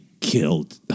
killed